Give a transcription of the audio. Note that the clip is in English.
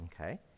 Okay